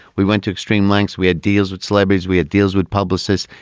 we went to extreme lengths. we had deals with celebrities we had deals with publicists.